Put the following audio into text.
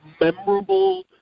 memorable